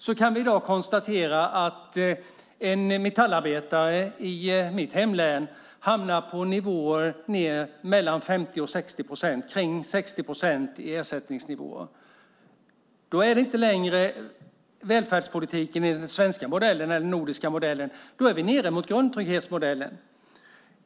Vi kan i dag konstatera att en metallarbetare i mitt hemlän hamnar på omkring 60 procent i ersättningsnivå. Då är det inte längre välfärdspolitiken i den svenska eller den nordiska modellen. Då är vi nere mot grundtrygghetsmodellen.